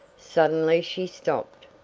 suddenly she stopped.